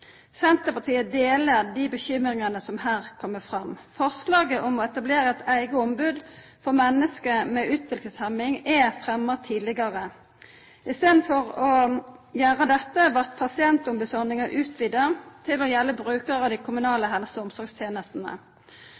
Senterpartiet deler dei bekymringane som her kjem fram. Forslaget om å etablera eit eige ombod for menneske med utviklingshemming er fremja tidlegare. I staden for å gjera dette blei pasientombodsordninga utvida til òg å gjelda brukarar av dei kommunale helse- og omsorgstenestene.